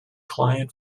client